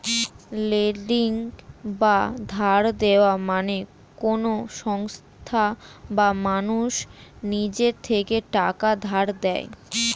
lending বা ধার দেওয়া মানে কোন সংস্থা বা মানুষ নিজের থেকে টাকা ধার দেয়